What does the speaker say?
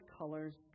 colors